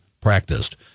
practiced